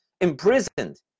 imprisoned